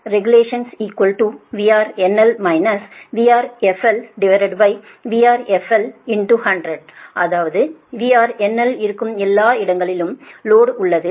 RegulationVRNL |VRFL||VRFL|100 அதாவது VRNL இருக்கும் எல்லா இடங்களிலும் லோடு உள்ளது